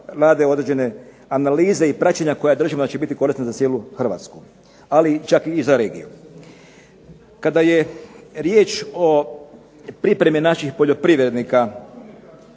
rade određene analize i praćenja koja držim da će biti korisna za cijelu Hrvatsku, ali čak i za regiju. Kada je riječ o pripremi naših poljoprivrednika,